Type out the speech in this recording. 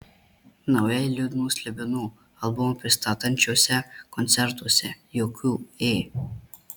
naują liūdnų slibinų albumą pristatančiuose koncertuose jokių ė